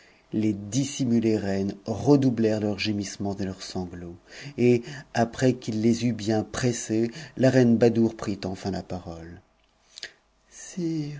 les dissimulées reines redoublèrent leurs gémissenmnts et leurs sanglots et après qu'il les eut bien pressées la reine moure prit enfin la parole sire